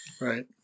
Right